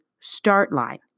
STARTLINE